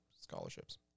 scholarships